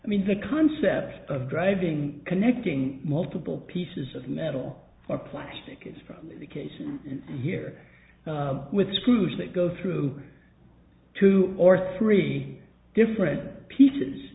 i mean the concept of driving connecting multiple pieces of metal or plastic it's probably the case here with screws that go through two or three different pieces